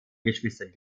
geschwistern